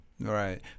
Right